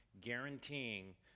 guaranteeing